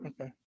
okay